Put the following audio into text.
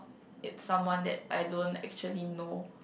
it's someone that I don't actually know